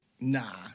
Nah